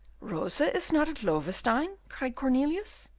rosa is not at loewestein? cried cornelius.